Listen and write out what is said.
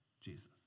Jesus